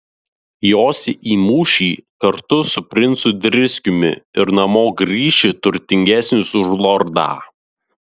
josi į mūšį kartu su princu driskiumi ir namo grįši turtingesnis už lordą